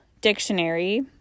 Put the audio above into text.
dictionary